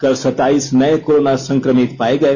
कल सत्ताईस नये कोरोना संक्रमित पाये गए